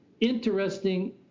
interesting